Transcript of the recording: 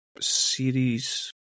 Series